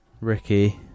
Ricky